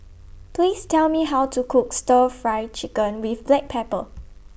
Please Tell Me How to Cook Stir Fry Chicken with Black Pepper